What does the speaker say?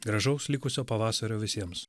gražaus likusio pavasario visiems